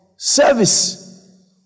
Service